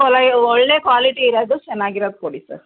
ಒಳ್ಳೆಯ ಕ್ವಾಲಿಟಿ ಇರೋದು ಚೆನ್ನಾಗಿರೋದು ಕೊಡಿ ಸರ್